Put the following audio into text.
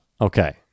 Okay